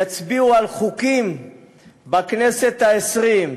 יצביעו על חוקים בכנסת העשרים,